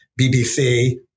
BBC